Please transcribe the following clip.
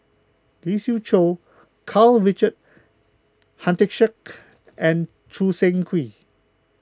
Lee Siew Choh Karl Richard Hanitsch and Choo Seng Quee